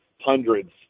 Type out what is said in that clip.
hundreds